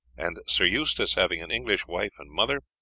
and sir eustace, having an english wife and mother,